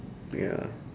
ya